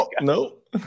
Nope